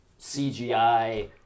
CGI